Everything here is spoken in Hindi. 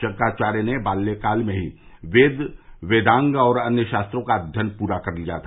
शंकराचार्य ने बाल्यकाल में ही वेद वेदांग और अन्य शास्त्रों का अध्ययन पूरा कर लिया था